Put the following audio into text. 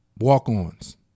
Walk-ons